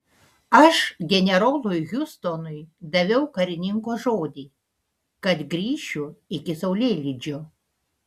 aš generolui hiustonui daviau karininko žodį kad grįšiu iki saulėlydžio